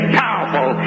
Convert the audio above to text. powerful